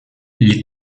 les